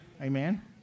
Amen